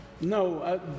no